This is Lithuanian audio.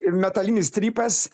ir metalinis strypas